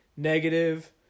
negative